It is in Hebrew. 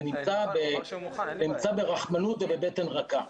זה מבוצע ברחמנות ובבטן רכה.